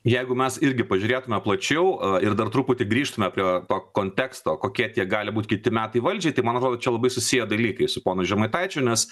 jeigu mes irgi pažiūrėtume plačiau ir dar truputį grįžtume prie to konteksto kokie tie gali būt kiti metai valdžiai tai man atrodo čia labai susiję dalykai su ponu žemaitaičiu nes